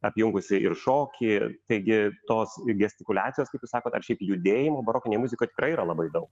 apjungusi ir šokį taigi tos gestikuliacijos kaip jūs sakot ar šiaip judėjimo barokinėj muzikoj tikrai yra labai daug